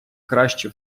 краще